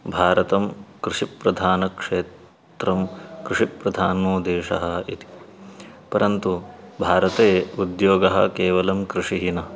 भारतं कृषिप्रधानक्षेत्रं कृषिप्रधानो देशः इति परन्तु भारते उद्योगः केवलं कृषिः न